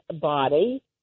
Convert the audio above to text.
body